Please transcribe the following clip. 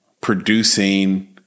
producing